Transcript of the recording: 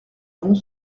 avons